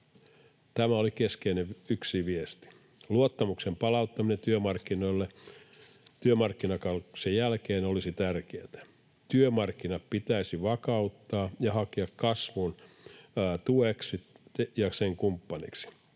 Tämä oli yksi keskeinen viesti. Luottamuksen palauttaminen työmarkkinoille työmarkkinakaaoksen jälkeen olisi tärkeätä. Työmarkkinat pitäisi vakauttaa ja hakea kasvun tueksi ja sen kumppaniksi.